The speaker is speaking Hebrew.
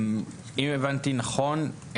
אם הבנתי נכון,